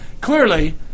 clearly